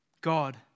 God